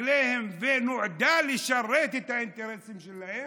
רגליהם ונועדה לשרת את האינטרסים שלהם,